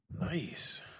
Nice